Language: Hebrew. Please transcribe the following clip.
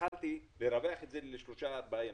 יכולתי לרווח את זה לשלושה-ארבעה ימים.